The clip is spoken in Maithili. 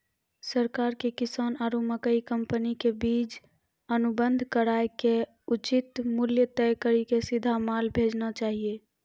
सरकार के किसान आरु मकई कंपनी के बीच अनुबंध कराय के उचित मूल्य तय कड़ी के सीधा माल भेजना चाहिए?